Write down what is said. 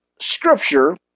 scripture